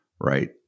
right